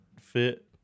fit